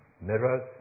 mirrors